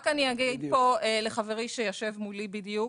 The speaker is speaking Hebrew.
רק אני אגיד פה לחברי שיושב מולי בדיוק,